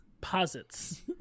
Posits